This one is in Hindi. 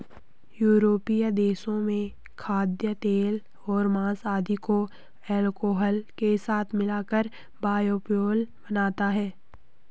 यूरोपीय देशों में खाद्यतेल और माँस आदि को अल्कोहल के साथ मिलाकर बायोफ्यूल बनता है